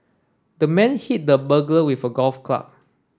the man hit the burglar with golf club